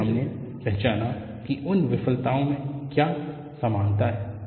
फिर हमने पहचाना की उन विफलताओं में क्या समानता है